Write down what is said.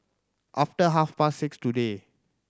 after half past six today